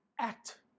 act